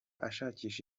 ashakisha